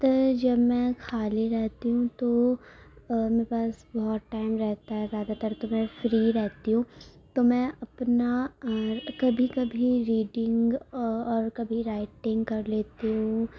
تر جب میں خالی رہتی ہوں تو میرے پاس بہت ٹائم رہتا ہے زیادہ تر تو میں فری ہی رہتی ہوں تو میں اپنا کبھی کبھی ریڈنگ اور کبھی رائٹنگ کر لیتی ہوں